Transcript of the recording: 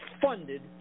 funded